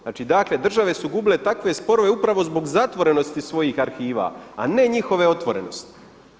Znači dakle države su gubile takve sporove upravo zbog zatvorenosti svojih arhiva a ne njihove otvorenosti.